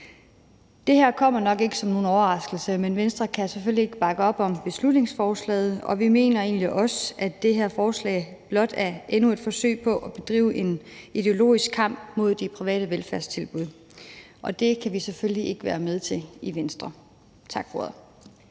Det her kommer nok ikke som nogen overraskelse, men Venstre kan selvfølgelig ikke bakke op om beslutningsforslaget, og vi mener egentlig også, at det her forslag blot er endnu et forsøg på at bedrive en ideologisk kamp mod de private velfærdstilbud, og det kan vi selvfølgelig ikke være med til i Venstre. Tak for ordet.